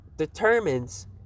determines